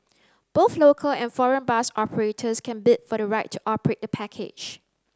both local and foreign bus operators can bid for the right to operate the package